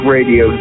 Radio